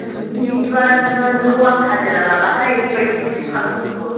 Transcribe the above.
नों बिदिबा नोङो नोंखौ आं हाजिरा लालाहाय बेबायदि एसे फालथु